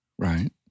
Right